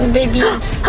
babies.